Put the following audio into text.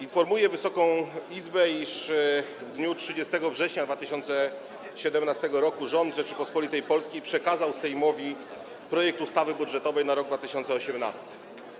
Informuję Wysoką Izbę, iż w dniu 30 września 2017 r. rząd Rzeczypospolitej Polskiej przekazał Sejmowi projekt ustawy budżetowej na rok 2018.